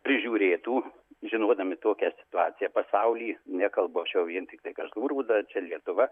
prižiūrėtų žinodami tokią situaciją pasauly nekalbu aš jau vien tiktai kazlų rūda čia lietuva